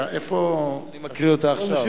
אני מקריא אותה עכשיו.